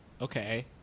Okay